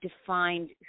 defined